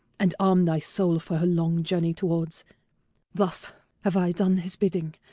and arm thy soul for her long journey towards thus have i done his bidding,